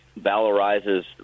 Valorizes